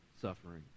suffering